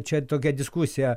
čia tokia diskusija